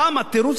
פעם התירוץ,